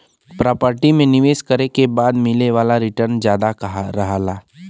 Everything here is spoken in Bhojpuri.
प्रॉपर्टी में निवेश करे के बाद मिले वाला रीटर्न जादा रहला